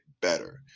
better